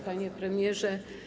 Panie Premierze!